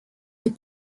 des